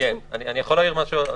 אני רוצה להעיר על